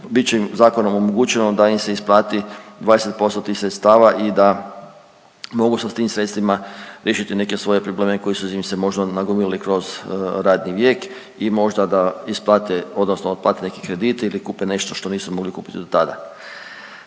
će im zakonom omogućeno da im se isplati 20% tih sredstava i da mogu sa tim sredstvima riješiti neke svoje probleme koji su im se možda nagomilali kroz radni vijek i možda da isplate odnosno otplate neki kredit ili kupe nešto što nisu mogli kupit do tada.